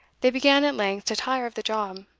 they began at length to tire of the job.